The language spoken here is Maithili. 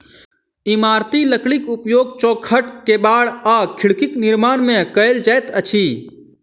इमारती लकड़ीक उपयोग चौखैट, केबाड़ आ खिड़कीक निर्माण मे कयल जाइत अछि